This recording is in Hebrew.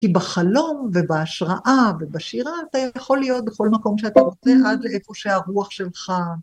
כי בחלום ובהשראה ובשירה אתה יכול להיות בכל מקום שאתה רוצה עד לאיפה שהרוח שלך...